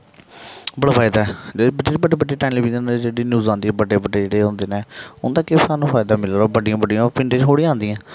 बड़ा फायदा ऐ जेह्ड़े बड्डे बड्डे टेलीविजन न जेह्ड़ी न्यूज आंदी ऐ बड्डे बड्डे जेह्ड़े होंदे न उं'दा केह् सानूं फायदा मिलना ओह् बड्डियां बड्डियां ओह् पिंडे च थोह्ड़ी आंदियां